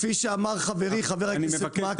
כפי שאמר חברי חבר הכנסת מקלב,